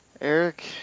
Eric